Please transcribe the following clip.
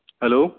hello